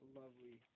lovely